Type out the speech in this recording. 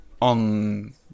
on